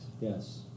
Yes